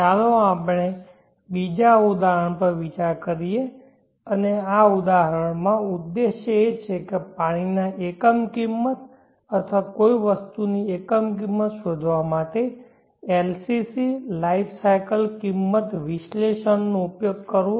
ચાલો આપણે બીજા ઉદાહરણ પર વિચાર કરીએ અને આ ઉદાહરણમાં ઉદ્દેશ એ છે કે પાણીની એકમ કિંમત અથવા કોઈ વસ્તુની એકમ કિંમત શોધવા માટે LCC લાઈફ સાયકલ કિંમત વિશ્લેષણનો ઉપયોગ કરવો